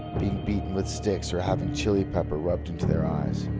being beaten with sticks, or having chilli pepper rubbed into their eyes.